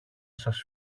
σας